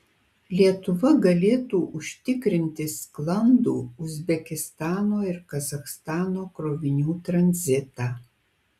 lietuva galėtų užtikrinti sklandų uzbekistano ir kazachstano krovinių tranzitą